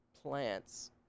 plants